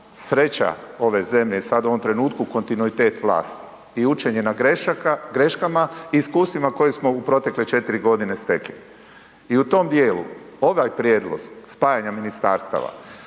sreća ove zemlje je sada u ovom trenutku kontinuitet vlasti i učenje na greškama i iskustvima koje smo u protekle 4 g. stekli. I u tom djelu ovaj prijedlog spajanja ministarstava,